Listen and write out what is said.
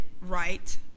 right